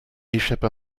échappe